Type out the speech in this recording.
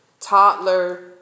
toddler